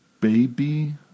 baby